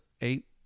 eight